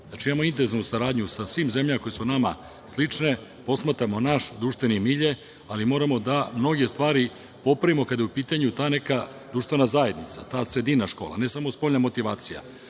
Znači, imamo intenzivnu saradnju sa svim zemljama koje su nama slične, posmatramo naš društveni milje, ali moramo da mnoge stvari popravimo kada je u pitanju ta neka društvena zajednica, ta sredina škola, ne samo spoljna motivacija. Mi